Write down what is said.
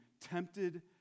tempted